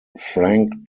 frank